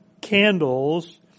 candles